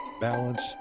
balance